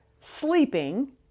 sleeping